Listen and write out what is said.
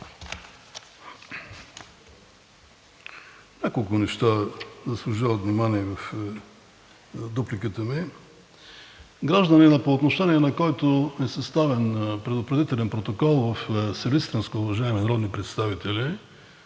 Няколко неща заслужават внимание в дупликата ми. Гражданинът по отношение, на който е съставен предупредителен протокол в